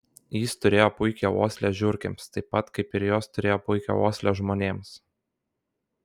jis turėjo puikią uoslę žiurkėms taip pat kaip ir jos turėjo puikią uoslę žmonėms